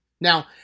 Now